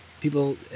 people